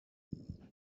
don’t